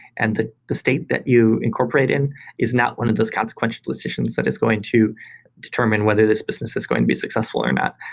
and the the state that you incorporate in is not one of those consequential decisions that is going to determine whether this business is going to be successful or not.